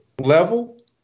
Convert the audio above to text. level